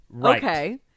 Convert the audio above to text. Okay